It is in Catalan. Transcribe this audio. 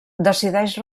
decideix